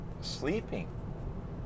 sleeping